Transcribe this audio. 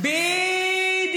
אנחנו בחלון הזדמנויות.